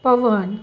पवन